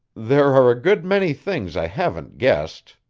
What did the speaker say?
there are a good many things i haven't guessed,